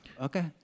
Okay